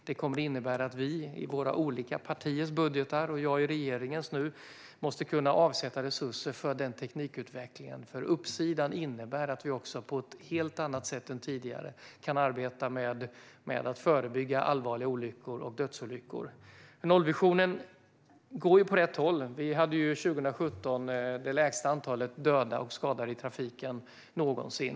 Det kommer att innebära att vi i våra olika partiers budgetar - jag i regeringens - måste avsätta resurser för den teknikutvecklingen. Uppsidan innebär att vi på ett helt annat sätt än tidigare kan arbeta med att förebygga allvarliga olyckor och dödsolyckor. Nollvisionen går åt rätt håll. År 2017 hade vi det lägsta antalet döda och skadade i trafiken någonsin.